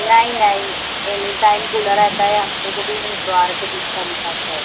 نہیں نہیں any time کُھلا رہتا ہے ہفتے کے دِن اتوار کے دِن خالی بند رہتا ہے